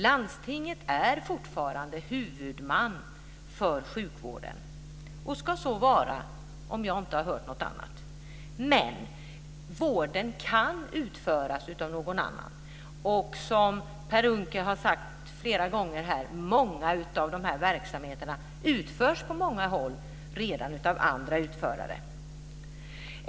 Landstinget är fortfarande huvudman för sjukvården och ska så vara, om jag inte hör något annat. Men vården kan utföras av någon annan. Som Per Unckel har sagt flera gånger utförs dessa verksamheter redan av andra utförare på många håll.